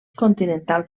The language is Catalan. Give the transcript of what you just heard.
continental